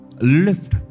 Lift